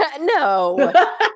No